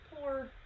Poor